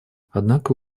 однако